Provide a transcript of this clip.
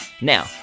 Now